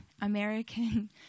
American